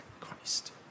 Christ